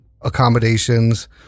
accommodations